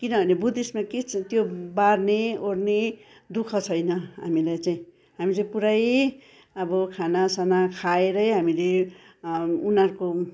किनभने बुद्धिस्टमा के त्यो बार्ने ओर्ने दुःख छैन हामीलाई चाहिँ हामी चाहिँ पुरै अब खाना साना खाएरै हामीले उनीहरूको